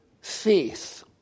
faith